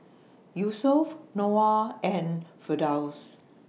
Yusuf Noah and Firdaus